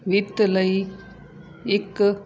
ਵਿੱਤ ਲਈ ਇੱਕ